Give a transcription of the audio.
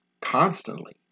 constantly